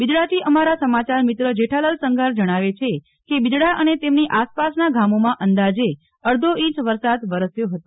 બિદડાથી અમારા સમાચારમિત્ર જેઠાલાલ સંઘાર જણાવે છે કે બિદડા અને તેમની આસપાસના ગામોમાં અંદાજે અડધો ઈંચ વરસાદ વરસ્યો હતો